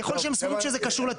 ככל שהם סבורים שזה קשור לתיקון הזה